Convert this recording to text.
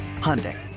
Hyundai